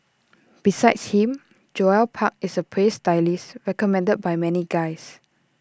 besides him Joel park is A praised stylist recommended by many guys